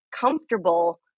comfortable